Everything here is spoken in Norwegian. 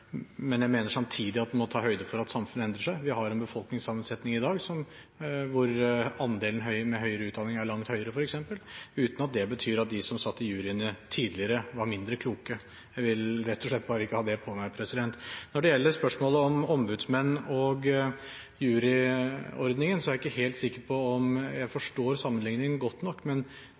må ta høyde for at samfunnet endrer seg. Vi har en befolkningssammensetning i dag hvor andelen med høyere utdanning er langt høyere – uten at det betyr at de som satt i juryene tidligere, var mindre kloke. Jeg vil rett og slett ikke ha det på meg. Når det gjelder spørsmålet om ombudsmenn og juryordningen, er jeg ikke helt sikker på om jeg forstår sammenligningen godt nok.